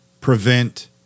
prevent